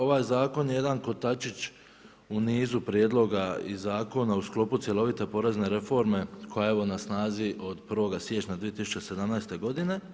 Ovaj zakon je jedan kotačić u nizu prijedloga i zakona u sklopu cjelovite porezne reforme koja je evo na snazi od 1. siječnja 2017. godine.